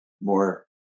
more